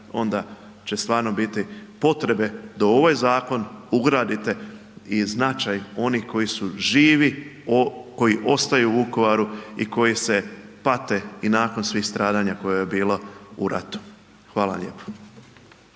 onda će stvarno biti potrebe da i u ovaj zakon ugradite i značaj onih koji su živi, koji ostaju u Vukovaru i koji se pate i nakon svih stradanja koja je bila u ratu. Hvala lijepo.